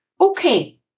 Okay